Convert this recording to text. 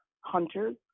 hunters